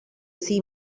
see